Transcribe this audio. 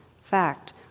Fact